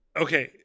okay